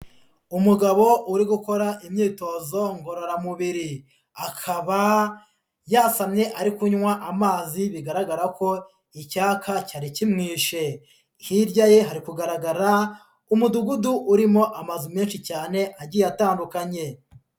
Umugabo uri gukora imyitozo ngororamubiri, akaba yasamye ari kunywa amazi bigaragara ko icyaka cyari kimwishe, hirya ye hari kugaragara umudugudu urimo amazu menshi cyane agiye atandukanye.